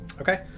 Okay